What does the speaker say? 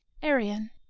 arion